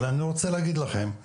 אבל אני רוצה להגיד לכם,